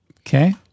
Okay